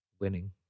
winning